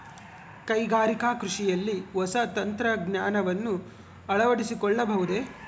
ಕೈಗಾರಿಕಾ ಕೃಷಿಯಲ್ಲಿ ಹೊಸ ತಂತ್ರಜ್ಞಾನವನ್ನ ಅಳವಡಿಸಿಕೊಳ್ಳಬಹುದೇ?